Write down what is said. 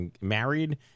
married